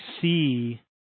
see